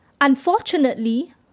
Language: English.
Unfortunately